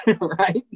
right